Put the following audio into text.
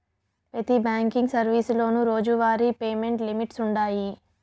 పెతి బ్యాంకింగ్ సర్వీసులోనూ రోజువారీ పేమెంట్ లిమిట్స్ వుండాయి